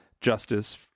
justice